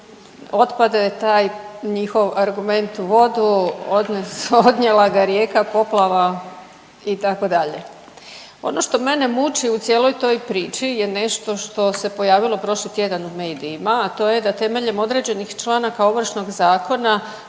otpade taj njihov argument u vodu, odnijela ga je rijeka, poplava itd. Ono što mene muči u cijeloj toj priči je nešto što se pojavilo prošli tjedan u medijima, a to je da temeljem određenih članaka Ovršnog zakona